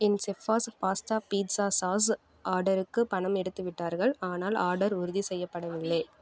என் செஃப்பாஸ் pasta pizza sauce ஆர்டருக்கு பணம் எடுத்துவிட்டார்கள் ஆனால் ஆர்டர் உறுதி செய்யப்படவில்லை